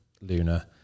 Luna